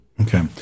Okay